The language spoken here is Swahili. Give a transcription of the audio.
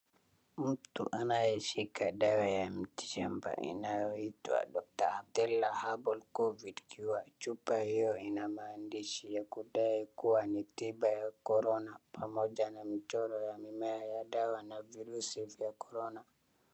Mtu anayeshika dawa ya miti shamba anayoitwa doctor Athela Herbal Covid kwa chupa hiyo ina maandishi ya kudai kuwa ni tiba ya corona pamoja na michoro ya dawa na virusi vya corona .